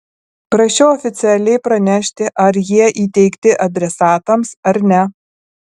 prašiau oficialiai pranešti ar jie įteikti adresatams ar ne